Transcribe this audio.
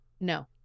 No